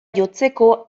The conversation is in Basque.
jotzeko